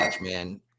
man